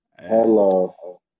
Hello